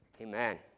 Amen